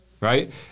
right